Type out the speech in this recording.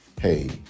Hey